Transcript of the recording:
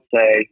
say